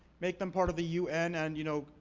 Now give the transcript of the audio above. make them part of the un and, you know,